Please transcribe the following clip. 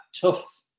tough